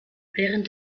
während